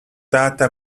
data